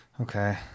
Okay